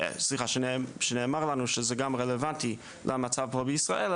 שנאמר לנו שזה גם רלוונטי למצב פה בישראל,